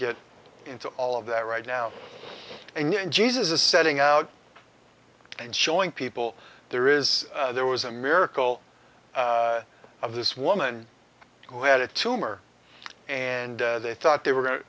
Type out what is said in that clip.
get into all of that right now and jesus setting out and showing people there is there was a miracle of this woman who had a tumor and they thought they were